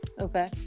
Okay